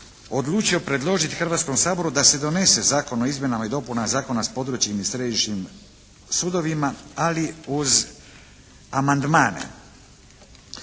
odlučio predložiti Hrvatskom saboru da se donese Zakon o izmjenama i dopunama Zakona s područjima i sjedištima sudovima, ali uz amandmane.